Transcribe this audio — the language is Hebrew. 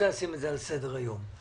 לשים את זה על סדר היום.